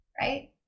Right